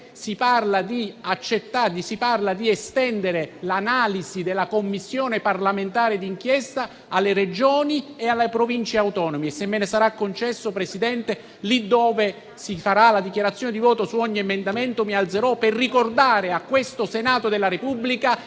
si parla di estendere l'analisi della Commissione parlamentare d'inchiesta alle Regioni e alle Province autonome. Se mi sarà concesso, Presidente, in fase di dichiarazione di voto su ogni emendamento, mi alzerò per ricordare a questo Senato della Repubblica